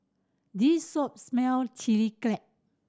this shop Chilli Crab